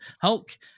Hulk